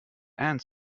and